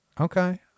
Okay